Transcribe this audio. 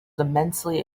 immensely